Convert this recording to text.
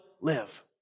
live